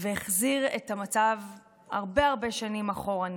והחזיר את המצב הרבה הרבה שנים אחורנית,